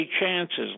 chances